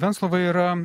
venclova yra